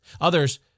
Others